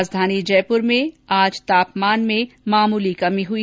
राजधानी जयपुर में तापमान में मामूली कमी आई